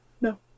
No